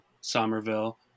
Somerville